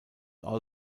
all